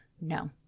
No